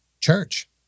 church